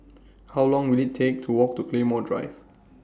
How Long Will IT Take to Walk to Claymore Drive